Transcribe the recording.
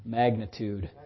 magnitude